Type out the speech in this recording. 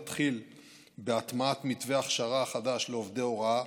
נתחיל בהטמעת מתווה ההכשרה החדש לעובדי הוראה,